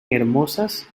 hermosas